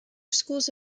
schools